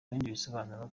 bisobanuro